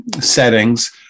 settings